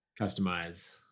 Customize